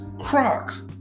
Crocs